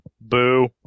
Boo